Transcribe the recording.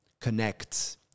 connects